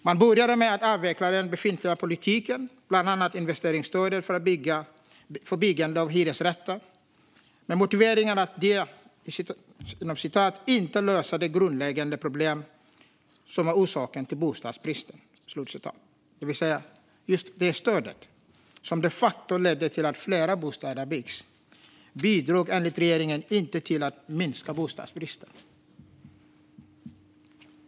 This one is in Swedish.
Man började med att avveckla den befintliga politiken, bland annat investeringsstödet för byggande av hyresrätter med motiveringen att det inte löser de grundläggande problem som är orsaken till bostadsbristen. Det stöd som de facto ledde till att fler bostäder byggdes bidrog alltså enligt regeringen inte till att minska bostadsbristen.